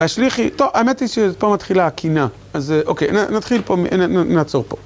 השליחי, טוב, האמת היא שפה מתחילה הקינה, אז אוקיי, נתחיל פה, נעצור פה.